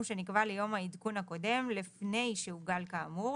שנקבע ליום העדכון הקודם לפני שעוגל כאמור.